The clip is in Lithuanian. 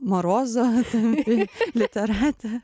morozo tampi literate